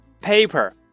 PAPER